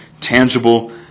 tangible